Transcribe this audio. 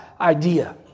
idea